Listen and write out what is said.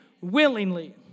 willingly